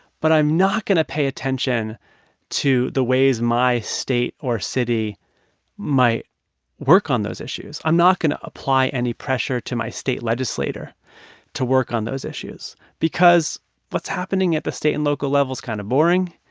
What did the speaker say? but i'm not going to pay attention to the ways my state or city might work on those issues. i'm not going to apply any pressure to my state legislator to work on those issues because what's happening at the state and local level's kind of boring.